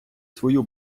свою